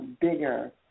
bigger